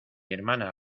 hermana